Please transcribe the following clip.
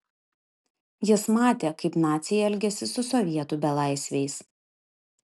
jis matė kaip naciai elgiasi su sovietų belaisviais